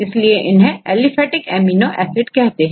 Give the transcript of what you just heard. इसलिए इन्हें aliphatic amino acid कहते हैं